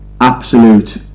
Absolute